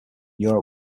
europe